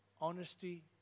Honesty